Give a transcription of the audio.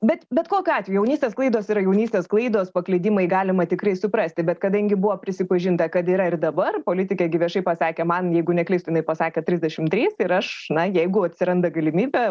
bet bet kokiu atveju jaunystės klaidos yra jaunystės klaidos paklydimai galima tikrai suprasti bet kadangi buvo prisipažinta kad yra ir dabar politikė gi viešai pasakė man jeigu neklystu jinai pasakė trisdešim trys ir aš na jeigu atsiranda galimybė